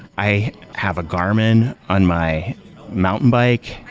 i have a garmin on my mountain bike.